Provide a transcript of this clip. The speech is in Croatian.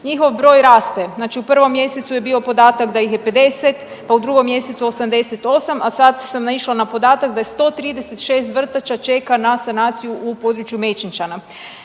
Njihov broj raste. Znači u prvom mjesecu je bio podatak da ih je 50, pa u drugom mjesecu 88, a sad sam naišla na podatak da je 136 vrtača čeka na sanaciju u području Mečenčana.